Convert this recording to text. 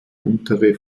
untere